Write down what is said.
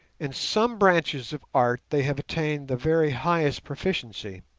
in some branches of art they have attained the very highest proficiency.